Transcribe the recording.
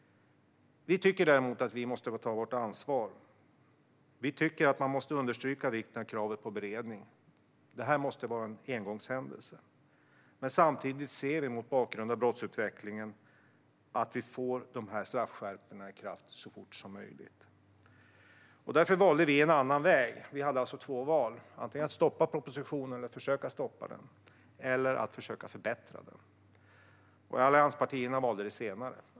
Vi tycker däremot att vi måste ta vårt ansvar. Visserligen måste man understryka vikten av kravet på beredning; det här måste vara en engångshändelse. Men samtidigt anser vi mot bakgrund av brottsutvecklingen att vi måste få de här straffskärpningarna i kraft så fort som möjligt. Därför valde vi en annan väg. Vi hade två val: att försöka stoppa propositionen eller att försöka förbättra den. Allianspartierna valde det senare.